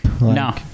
no